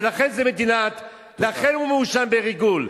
ולכן הוא מואשם בריגול.